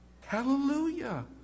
Hallelujah